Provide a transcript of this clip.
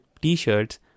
T-shirts